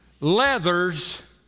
leathers